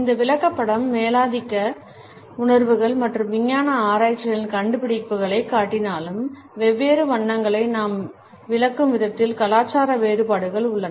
இந்த விளக்கப்படம் மேலாதிக்க உணர்வுகள் மற்றும் விஞ்ஞான ஆராய்ச்சிகளின் கண்டுபிடிப்புகளைக் காட்டினாலும் வெவ்வேறு வண்ணங்களை நாம் விளக்கும் விதத்தில் கலாச்சார வேறுபாடுகள் உள்ளன